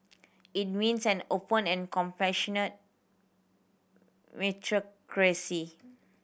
it means an open and compassionate meritocracy